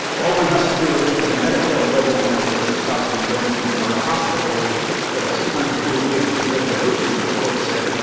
all one has to do is look at the medicare program that was discussed in guernsey memorial hospital where there are six hundred and forty pages of regulations the court said,